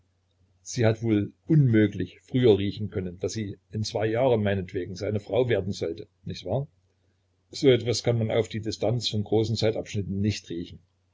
sie hat wohl unmöglich früher riechen können daß sie in zwei jahren meinetwegen seine frau werden sollte nicht wahr so etwas kann man auf die distanz von großen zeitabschnitten nicht riechen